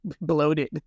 bloated